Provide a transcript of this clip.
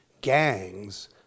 gangs